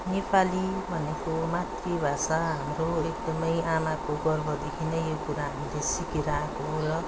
नेपाली भनेको मातृभाषा हाम्रो एकदमै आमाको गर्भदेखि नै यो कुरा हामीले सिकेर आएको हो र